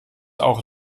auch